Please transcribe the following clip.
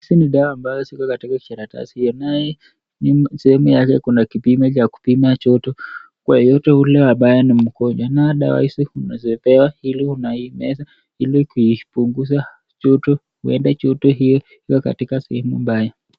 Hizi ni dawa ambayo ziko katikati karatasi anaye sehemu yake kuna kipimo cha kupima joto kwa yeyote yule ambaye ni mgonjwa ,nayo dawa hizi unazopewa ili unaimeza ili kupunguza joto, huenda joto hiyo iko katika sehemu baya.